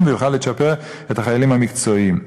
והוא יוכל לצ'פר את החיילים המקצועיים.